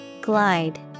Glide